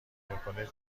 میکنه